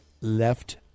left